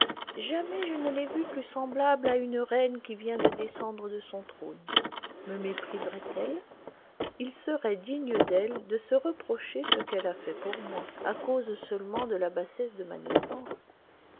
jamais je ne l'ai vue plus semblable à une reine qui vient de descendre de son trône me mépriserait elle il serait digne d'elle de se reprocher ce qu'elle a fait pour moi à cause seulement de la bassesse de ma naissance